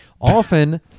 Often